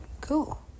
cool